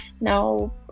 Now